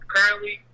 Currently